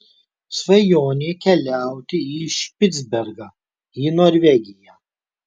svajonė keliauti į špicbergeną į norvegiją